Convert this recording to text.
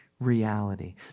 Reality